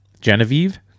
Genevieve